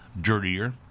dirtier